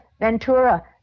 Ventura